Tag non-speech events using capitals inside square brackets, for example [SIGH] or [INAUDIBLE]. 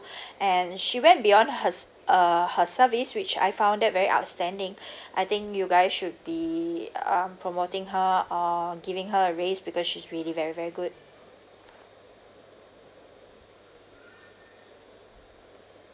[BREATH] and she went beyond her uh her service which I found that very outstanding [BREATH] I think you guys should be um promoting her or giving her a raise because she's really very very good